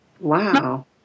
Wow